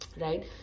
right